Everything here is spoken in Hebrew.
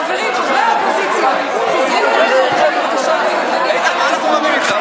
חברים, חברי האופוזיציה, חזרו למקומותיכם, בבקשה.